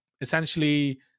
essentially